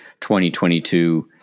2022